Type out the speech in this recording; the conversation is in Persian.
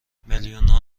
میلیونها